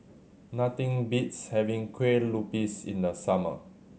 nothing beats having Kueh Lupis in the summer